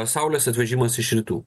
saulės atvežimas iš rytų